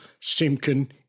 Simkin